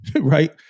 Right